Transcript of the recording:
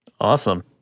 Awesome